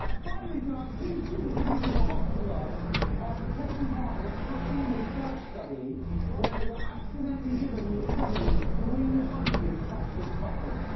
ah finally tonight, two students in england were hospitalized after taking part in a caffeine research study where they were accidentally given the equivalent of three hundred cups of coffee.